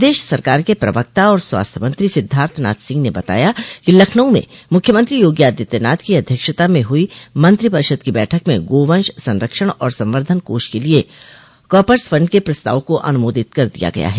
प्रदेश सरकार के प्रवक्ता और स्वास्थ्य मंत्री सिद्धार्थनाथ सिह ने बताया कि लखनऊ में मुख्यमंत्री योगी आदित्यनाथ की अध्यक्षता में हुई मंत्रिपरिषद की बैठक में गोवंश संरक्षण और संवर्द्वन कोष के लिये कॉर्पस फंड के प्रस्ताव को अनुमोदित कर दिया गया है